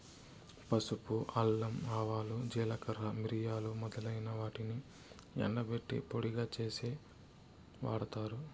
పసుపు, అల్లం, ఆవాలు, జీలకర్ర, మిరియాలు మొదలైన వాటిని ఎండబెట్టి పొడిగా చేసి వాడతారు